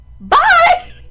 Bye